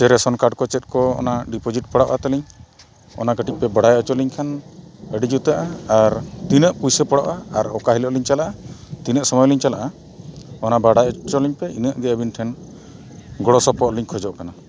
ᱪᱮ ᱠᱚ ᱪᱮᱫ ᱠᱚ ᱚᱱᱟ ᱯᱟᱲᱟᱜᱼᱟ ᱛᱟᱹᱞᱤᱧ ᱚᱱᱟ ᱠᱟᱹᱴᱤᱡ ᱯᱮ ᱵᱟᱲᱟᱭ ᱦᱚᱪᱚ ᱞᱤᱧ ᱠᱷᱟᱱ ᱟᱹᱰᱤ ᱡᱩᱛᱟᱹᱜᱼᱟ ᱟᱨ ᱛᱤᱱᱟᱹᱜ ᱯᱩᱭᱥᱟᱹ ᱯᱟᱲᱟᱜᱼᱟ ᱟᱨ ᱚᱠᱟ ᱦᱤᱞᱳᱜ ᱞᱤᱧ ᱪᱟᱞᱟᱜᱼᱟ ᱛᱤᱱᱟᱹᱜ ᱥᱚᱢᱚᱭ ᱞᱤᱧ ᱪᱟᱞᱟᱜᱼᱟ ᱚᱱᱟ ᱵᱟᱰᱟᱭ ᱦᱚᱪᱚ ᱞᱤᱧᱯᱮ ᱤᱱᱟᱹᱜ ᱜᱮ ᱟᱹᱵᱤᱱ ᱴᱷᱮᱱ ᱜᱚᱲᱚ ᱥᱚᱯᱚᱦᱚᱫ ᱞᱤᱧ ᱠᱷᱚᱡᱚᱜ ᱠᱟᱱᱟ